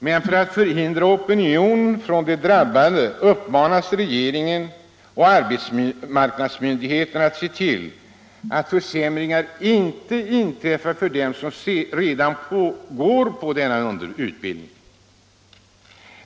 Men för att förhindra opinion från de drabbade ungdomarna uppmanas regeringen och arbetsmarknadsmyndigheterna att se till, att försämringar inte drabbar dem som redan går på denna utbildning.